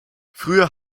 früher